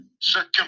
second